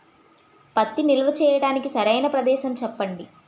పత్తి నిల్వ చేయటానికి సరైన ప్రదేశం చెప్పండి?